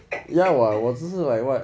ya what 我只是 like what